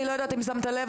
אני לא יודעת אם שמת לב,